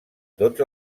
tots